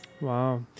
Wow